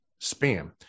spam